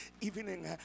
evening